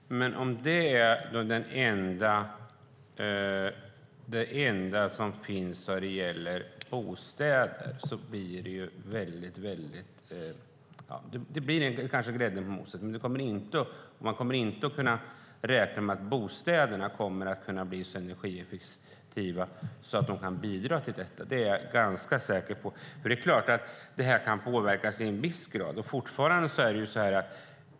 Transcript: Fru talman! Om detta är det enda som finns vad gäller bostäder blir det grädden på moset, men man kan inte räkna med att bostäderna blir så energieffektiva att de kan bidra. Det är jag säker på. Det är klart att detta kan påverkas i en viss grad.